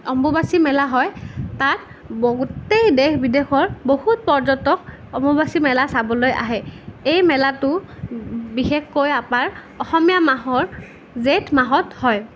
অম্বুবাচি মেলা হয় তাত ব গোটেই দেশ বিদেশৰ বহুত পৰ্যটক অম্বুবাচি মেলা চাবলৈ আহে এই মেলাটো বিশেষকৈ আমাৰ অসমীয়া মাহৰ জেঠ মাহত হয়